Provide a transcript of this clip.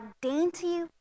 dainty